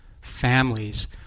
families